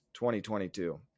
2022